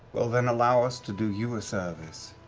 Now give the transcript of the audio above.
well then, allow us to do you a service.